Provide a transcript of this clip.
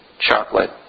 chocolate